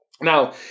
Now